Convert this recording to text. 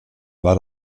war